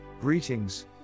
Greetings